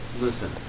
Listen